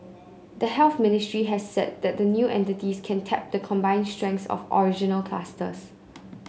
the Health Ministry has said that the new entities can tap the combined strengths of the original clusters